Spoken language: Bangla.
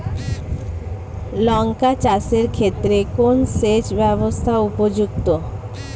লঙ্কা চাষের ক্ষেত্রে কোন সেচব্যবস্থা উপযুক্ত?